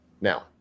Now